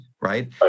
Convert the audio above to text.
right